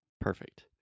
Perfect